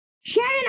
Sharon